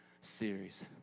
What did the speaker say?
series